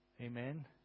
Amen